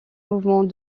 mouvements